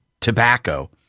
tobacco